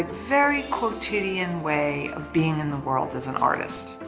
very quotidian way of being in the world as an artist.